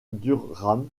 durham